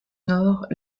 nord